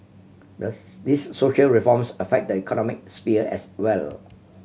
these social reforms affect the economic sphere as well